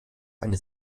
eine